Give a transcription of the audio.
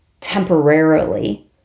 temporarily